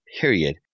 period